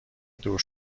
دور